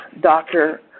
doctor